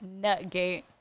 Nutgate